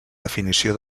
definició